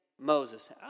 Moses